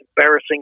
embarrassing